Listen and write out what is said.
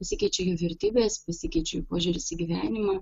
pasikeičia jų vertybės pasikeičia jų požiūris į gyvenimą